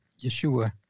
yeshua